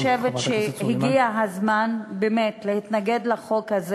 אני חושבת שהגיע הזמן באמת להתנגד לחוק הזה